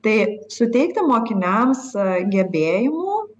tai suteikti mokiniams gebėjimų